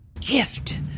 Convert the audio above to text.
gift